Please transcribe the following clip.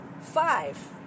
Five